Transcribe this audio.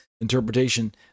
interpretation